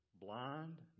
blind